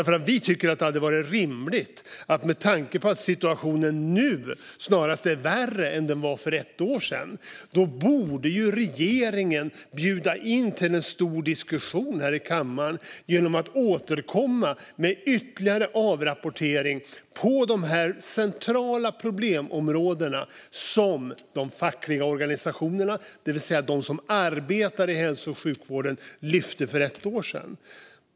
För vi tycker att det hade varit rimligt att regeringen, med tanke på att situationen nu snarare är värre än den var för ett år sedan, bjöd in till en stor diskussion här i kammaren genom att återkomma med ytterligare avrapportering på de här centrala problemområdena som de fackliga organisationerna, det vill säga de som arbetar i hälso och sjukvården, lyfte för ett år sedan.